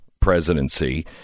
presidency